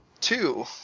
two